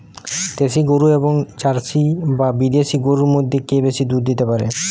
দেশী গরু এবং জার্সি বা বিদেশি গরু মধ্যে কে বেশি দুধ দিতে পারে?